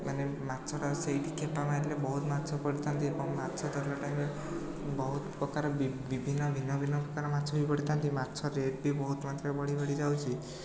ମାନେ ମାଛଟା ସେଇଠି ଖେପା ମାରିଲେ ବହୁତ ମାଛ ପଡ଼ିଥାନ୍ତି ଏବଂ ମାଛ ଧରିଲା ଟାଇମ୍ରେ ବହୁତ ପ୍ରକାର ବିଭିନ୍ନ ଭିନ୍ନ ଭିନ୍ନ ପ୍ରକାର ମାଛ ବି ପଡ଼ିଥାନ୍ତି ମାଛ ରେଟ୍ ବି ବହୁତ ମାତ୍ରାରେ ବଢ଼ି ବଢ଼ି ଯାଉଛି